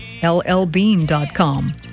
LLbean.com